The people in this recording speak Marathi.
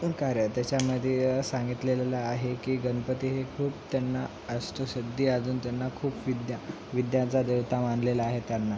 कार्य त्याच्यामध्ये सांगितलेलं आहे की गणपती हे खूप त्यांना अष्टसिद्धी अजून त्यांना खूप विद्या विद्यांचा देवता मानलेलं आहे त्यांना